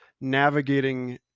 navigating